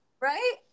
Right